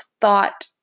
thought